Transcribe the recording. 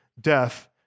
death